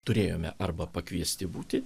turėjome arba pakviesti būti